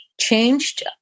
changed